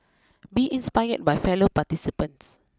be inspired by fellow participants